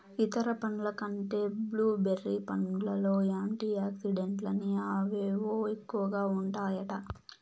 ఇతర పండ్ల కంటే బ్లూ బెర్రీ పండ్లల్ల యాంటీ ఆక్సిడెంట్లని అవేవో ఎక్కువగా ఉంటాయట